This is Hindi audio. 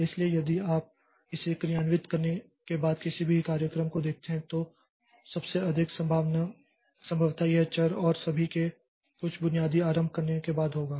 इसलिए यदि आप इसे क्रियान्वित करने के बाद किसी भी कार्यक्रम को देखते हैं तो सबसे अधिक संभवतया यह चर और सभी के कुछ बुनियादी आरंभ करने के बाद होगा